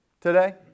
today